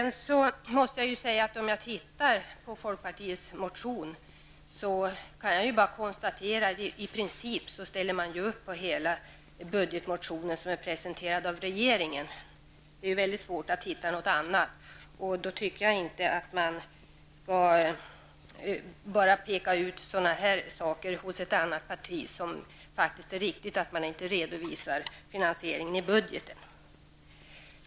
När jag ser till folkpartiets motion, kan jag bara konstatera att man i princip ställer sig bakom hela budgetförslaget som presenterats av regeringen. Det är mycket svårt att finna något annat. Jag tycker inte att man då skall ifrågasätta utgiftsförslag från ett annat parti där det är riktigt att man inte redovisar finansieringen i budgeten.